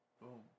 boom